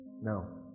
Now